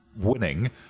winning